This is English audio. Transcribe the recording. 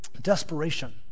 desperation